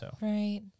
right